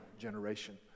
generation